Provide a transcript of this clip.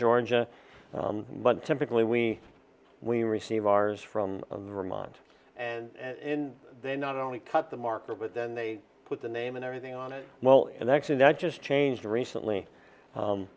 georgia but typically we we received ours from vermont and they not only cut the marker but then they put the name and everything on it well and actually that just changed recently u